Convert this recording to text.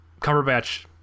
cumberbatch